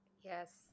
Yes